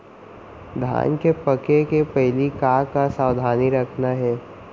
धान के पके के पहिली का का सावधानी रखना हे?